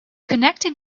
connected